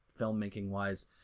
filmmaking-wise